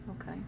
okay